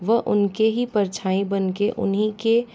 व उनके ही परछाई बनके उन्हीं के